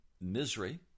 misery